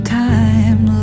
time